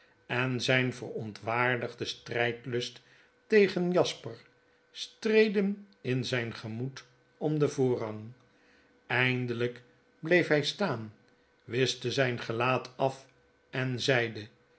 en zyn verontwaardigde strijdlust tegen jasper streden in zijn gemoed om den voorrang eindelyk bleef hy staan wischte zp gelaat af en zeide